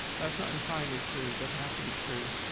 that's not entirely true. it doesn't have to be true.